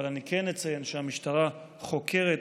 אבל אני כן אציין שהמשטרה חוקרת,